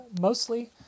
mostly